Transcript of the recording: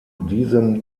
diesem